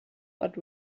but